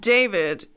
David